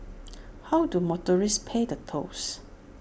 how do motorists pay the tolls